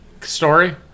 story